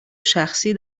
شخصی